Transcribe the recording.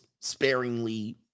sparingly